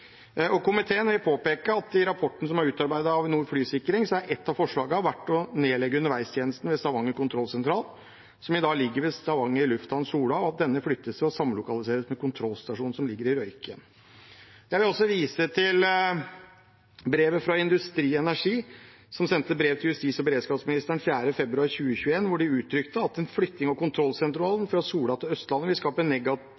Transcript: Komiteen vil påpeke at i rapporten som er utarbeidet av Avinor Flysikring, har et av forslagene vært å nedlegge underveistjenesten ved Stavanger kontrollsentral, som i dag ligger ved Stavanger lufthavn Sola, og at denne flyttes og samlokaliseres med kontrollstasjonen som ligger i Røyken. Jeg vil også vise til brevet fra Industri Energi til justis- og beredskapsministeren av 4. februar 2021, hvor de uttrykte at en flytting av kontrollsentralen